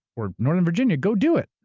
or northern virginia, go do it.